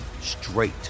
straight